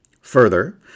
Further